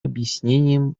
объяснением